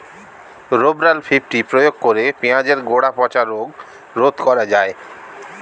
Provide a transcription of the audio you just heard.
Rovral fifty প্রয়োগ করে পেঁয়াজের গোড়া পচা রোগ রোধ করা যায়?